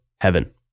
heaven